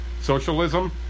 socialism